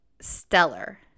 Stellar